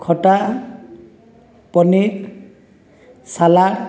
ଖଟା ପନିର୍ ସାଲାଡ଼୍